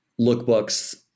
lookbooks